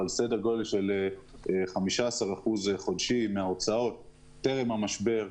אבל סדר גודל של 15% חודשי מההוצאות טרם המשבר,